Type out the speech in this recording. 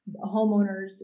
homeowners